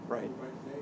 Right